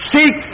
Seek